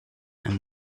and